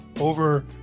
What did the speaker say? over